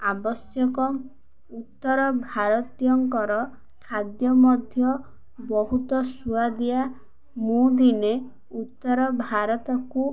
ଆବଶ୍ୟକ ଉତ୍ତର ଭାରତୀୟଙ୍କର ଖାଦ୍ୟ ମଧ୍ୟ ବହୁତ ସୁଆଦିଆ ମୁଁ ଦିନେ ଉତ୍ତର ଭାରତକୁ